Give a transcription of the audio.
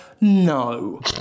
no